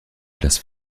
places